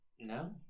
No